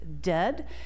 dead